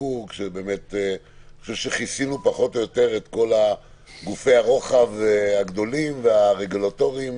אני חושב שכיסינו פחות או יותר את כל גופי הרוחב הגדולים והרגולטוריים